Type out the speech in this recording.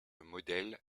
modèle